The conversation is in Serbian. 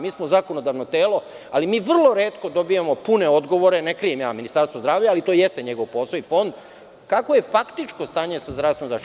Mi smo zakonodavno telo, ali mi vrlo retko dobijamo pune odgovore, ne krijem ja, Ministarstvo zdravlja, ali to jeste njegov posao i Fond, kakvo je faktičko stanje sa zdravstvenom zaštitom?